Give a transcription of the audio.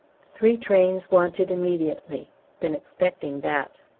three trains wanted immediately been expecting that.